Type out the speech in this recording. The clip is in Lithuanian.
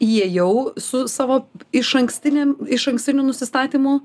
įėjau su savo išankstinėm išankstiniu nusistatymu